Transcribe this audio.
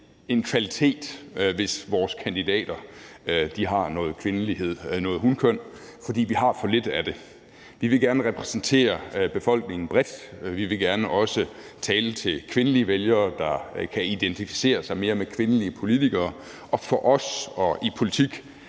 en kvalitet, hvis vores kandidater har noget hunkøn, for vi har for lidt af det. Vi vil gerne repræsentere befolkningen bredt. Vi vil gerne også tale til kvindelige vælgere, der kan identificere sig mere med kvindelige politikere, og for os og i politik